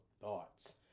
thoughts